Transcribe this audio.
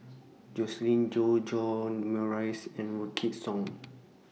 Joscelin Yeo John Morrice and Wykidd Song